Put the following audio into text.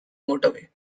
motorway